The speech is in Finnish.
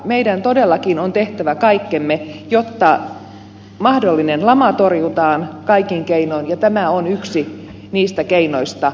meidän todellakin on tehtävä kaikkemme jotta mahdollinen lama torjutaan kaikin keinoin ja tämä on yksi niistä keinoista